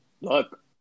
look